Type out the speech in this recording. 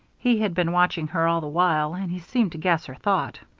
he had been watching her all the while, and he seemed to guess her thought.